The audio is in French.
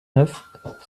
neuf